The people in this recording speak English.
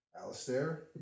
Alistair